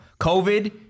COVID